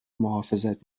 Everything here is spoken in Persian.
محافظت